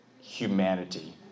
humanity